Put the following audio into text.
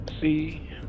See